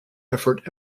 effort